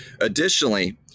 Additionally